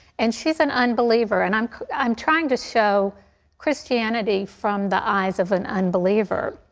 and she is an unbeliever, and i'm i'm trying to show christianity from the eyes of an unbeliever.